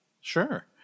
Sure